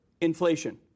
inflation